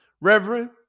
Reverend